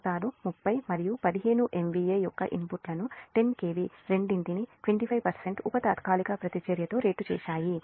మోటార్లు 30 మరియు 15 MVA యొక్క ఇన్పుట్లను 10 KV రెండింటినీ 25 ఉప తాత్కాలిక ప్రతిచర్యతో రేట్ చేశాయి